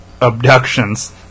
abductions